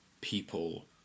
people